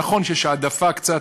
נכון שיש העדפה, קצת,